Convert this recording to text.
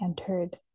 entered